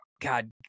God